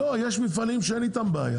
לא, יש מפעלים שאין איתם בעיה.